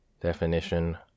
Definition